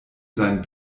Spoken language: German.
sein